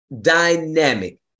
dynamic